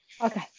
Okay